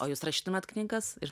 o jūs rašytumėt knygas ir